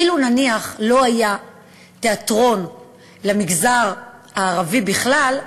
אילו נניח לא היה תיאטרון למגזר הערבי בכלל,